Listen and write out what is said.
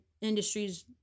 industries